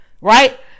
right